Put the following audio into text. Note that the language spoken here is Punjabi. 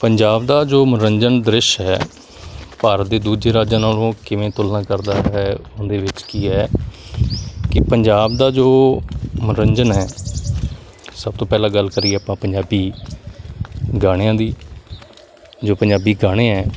ਪੰਜਾਬ ਦਾ ਜੋ ਮਨੋਰੰਜਨ ਦ੍ਰਿਸ਼ ਹੈ ਭਾਰਤ ਦੇ ਦੂਜੇ ਰਾਜਾਂ ਨਾਲੋਂ ਕਿਵੇਂ ਤੁਲਨਾ ਕਰਦਾ ਹੈ ਉਹਦੇ ਵਿੱਚ ਕੀ ਹੈ ਕਿ ਪੰਜਾਬ ਦਾ ਜੋ ਮਨੋਰੰਜਨ ਹੈ ਸਭ ਤੋਂ ਪਹਿਲਾਂ ਗੱਲ ਕਰੀਏ ਆਪਾਂ ਪੰਜਾਬੀ ਗਾਣਿਆਂ ਦੀ ਜੋ ਪੰਜਾਬੀ ਗਾਣੇ ਹੈ